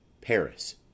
paris